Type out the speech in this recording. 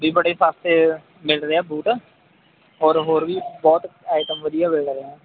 ਬੜੇ ਸਸਤੇ ਮਿਲ ਰਹੇ ਆ ਬੂਟ ਹੋਰ ਹੋਰ ਵੀ ਬਹੁਤ ਆਈਟਮ ਵਧੀਆ ਮਿਲ ਰਿਹਾ